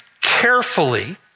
carefully